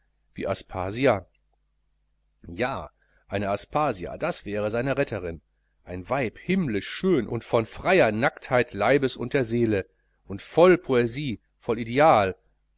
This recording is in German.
wie aspasia ja eine aspasia das wäre seine retterin ein weib himmlisch schön und von freier nacktheit leibes und der seele und voll poesie voll ideal